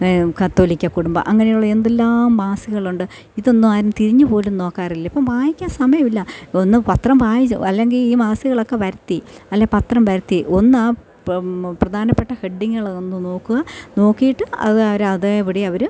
കത്തോലിക്ക കുടുംബം അങ്ങനെയുള്ള എന്തെല്ലാം മാസികളുണ്ട് ഇതൊന്നും ആരും തിരിഞ്ഞു പോലും നോക്കാറില്ലിപ്പം വായിക്കാൻ സമയം ഇല്ല ഒന്നു പത്രം വായിച്ചോ അല്ലെങ്കിൽ ഈ മാസികളൊക്കെ വരുത്തി അല്ലെ പത്രം വരുത്തി ഒന്നാ പ് പ്രധാനപ്പെട്ട ഹെഡിംഗുകളതൊന്നു നോക്കുക നോക്കിയിട്ട് അതവരതേ പടി അവർ